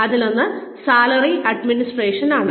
അതിലൊന്ന് salary administration ആണ്